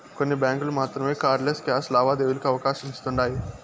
కొన్ని బ్యాంకులు మాత్రమే కార్డ్ లెస్ క్యాష్ లావాదేవీలకి అవకాశమిస్తుండాయ్